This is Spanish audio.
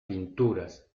pinturas